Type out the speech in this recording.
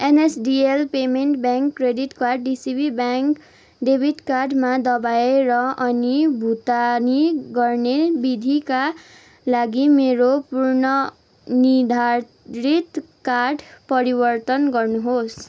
NSDL payment bank credit card DCB bank debit कार्डमा दबाएर अनि भुक्तानी गर्ने विधिका लागि मेरो पूर्वनिर्धारित कार्ड परिवर्तन गर्नुहोस्